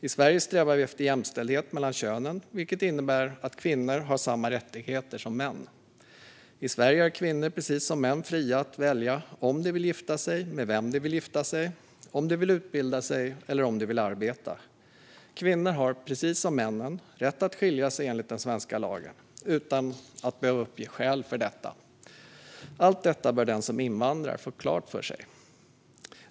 I Sverige strävar vi efter jämställdhet mellan könen, vilket innebär att kvinnor har samma rättigheter som män. I Sverige är kvinnor precis som män fria att välja om de vill gifta sig, med vem de vill gifta sig, om de vill utbilda sig eller om de vill arbeta. Kvinnor har precis som män rätt att skilja sig enligt den svenska lagen, utan att behöva uppge skäl för detta. Allt detta bör den som invandrar få klart för sig.